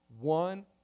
One